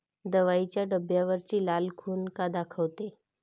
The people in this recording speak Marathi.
दवाईच्या डब्यावरची लाल खून का दाखवते?